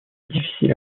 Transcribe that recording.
difficile